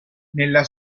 nella